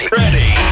ready